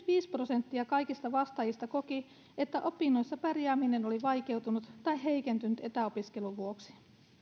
prosenttia kaikista vastaajista koki että opinnoissa pärjääminen oli vaikeutunut tai heikentynyt etäopiskelun vuoksi